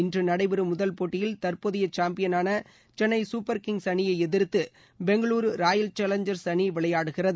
இன்று நடைபெறும் முதல் போட்டியில் தற்போதைய சாம்பியனான சென்னை சூப்பர் கிங்ஸ் அணியை எதிர்த்து பெங்களுரு ராயல் சேலஞ்சர்ஸ் அணி விளையாடுகிறது